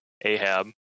Ahab